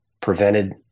prevented